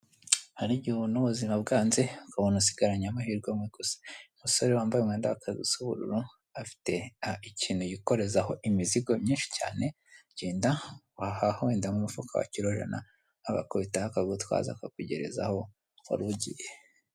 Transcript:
Hari igihe ubona ubuzima bwanze, ukabona usigaranye amahirwe amwe gusa, umusore wambaye umwenda w'akazi usa n'ubururu afite ikintu yikorerezaho imizigo myinshi cyane, genda wahaha wenda umufuka wa kiro jana, agakubitaho akagutwaza akakugereza aho warirugiye.